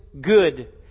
good